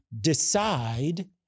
decide